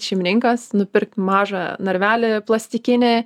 šeimininkas nupirkt mažą narvelį plastikinį